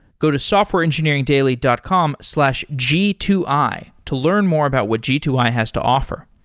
go to softwareengineeringdaily dot com slash g two i to learn more about what g two i has to offer.